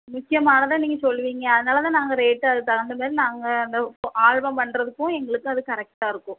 முக்கியமானதை நீங்கள் சொல்லுவீங்க அதனாலதான் நாங்கள் ரேட்டை அதுக்கு தகுந்தமாரி நாங்கள் அந்த இப்போது ஆல்பம் பண்ணுறதுக்கும் எங்களுக்கு அது கரெக்டாக இருக்கும்